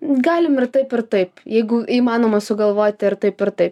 galim ir taip ir taip jeigu įmanoma sugalvoti ir taip ir taip